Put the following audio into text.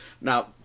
Now